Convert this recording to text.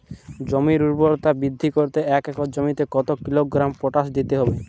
জমির ঊর্বরতা বৃদ্ধি করতে এক একর জমিতে কত কিলোগ্রাম পটাশ দিতে হবে?